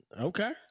Okay